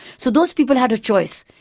so those people had a choice,